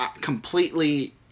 completely